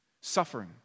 suffering